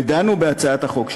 ודנו בהצעת החוק שלי.